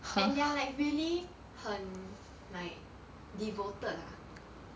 and they are like really 很 um like devoted ah